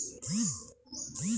গৃহ ঋণের মাসিক কিস্তি কত হবে?